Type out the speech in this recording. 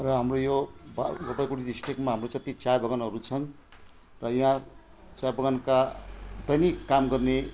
र हाम्रो यो भए जलपाइगुडी डिस्ट्रिकमा हाम्रो जति चियाबगानहरू छन् त यहाँ चियाबगानका दैनिक काम गर्ने